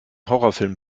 horrorfilm